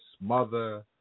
mother